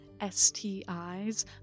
STIs